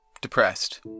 depressed